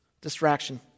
Distraction